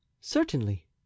Certainly